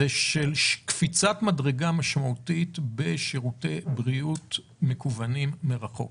קפיצת המדרגה המשמעותית בשירותי בריאות מקוונים מרחוק